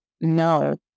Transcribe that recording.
no